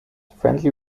friendly